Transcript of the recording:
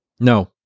No